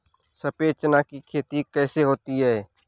सफेद चना की खेती कैसे होती है?